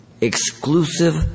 exclusive